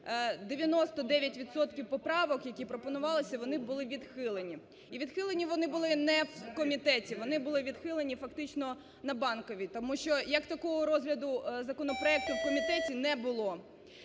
поправок, які пропонувалися, вони були відхилені. І відхилені вони були не в комітеті, вони були відхилені фактично на Банковій. Тому що як такого розгляду законопроекту в комітеті не було.